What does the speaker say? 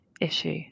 issue